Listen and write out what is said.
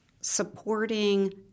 supporting